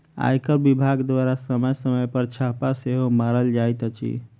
आयकर विभाग द्वारा समय समय पर छापा सेहो मारल जाइत अछि